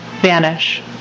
vanish